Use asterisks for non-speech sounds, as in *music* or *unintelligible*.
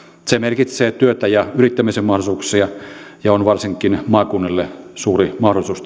se merkitsee työtä ja yrittämisen mahdollisuuksia ja on varsinkin maakunnille suuri mahdollisuus *unintelligible*